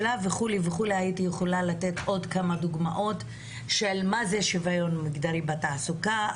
הייתי יכולה לתת עוד כמה דוגמאות של מה זה שוויון מגדרי בתעסוקה,